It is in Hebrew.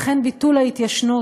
לכן ביטול ההתיישנות,